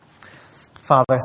Father